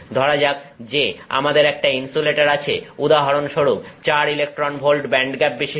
ধরা যাক যে আমাদের একটা ইনসুলেটর আছে উদাহরণস্বরূপ 4 ইলেকট্রন ভোল্ট ব্যান্ডগ্যাপবিশিষ্ট